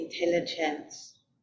intelligence